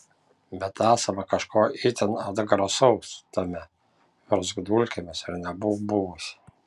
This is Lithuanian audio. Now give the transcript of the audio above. bet esama kažko itin atgrasaus tame virsk dulkėmis ir nebūk buvusi